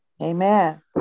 Amen